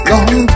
Long